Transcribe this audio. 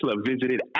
visited